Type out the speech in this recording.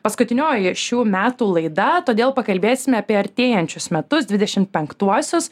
paskutinioji šių metų laida todėl pakalbėsime apie artėjančius metus dvidešimt penktuosius